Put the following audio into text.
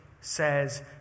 says